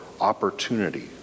opportunity